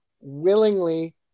willingly